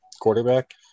quarterback